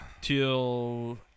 Till